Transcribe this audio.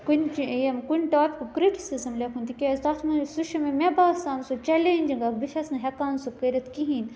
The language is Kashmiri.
کُنہِ یِم کُنہِ ٹاپِکُک کِرٹِسزم لیٚکھُن تِکیازِ تَتھ منٛز سُہ چھُ مےٚ باسان سُہ چلینجِنٛگ اَکھ بہٕ چھَس نہٕ ہیٚکان سُہ کٔرِتھ کِہیٖنۍ